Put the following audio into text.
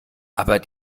aber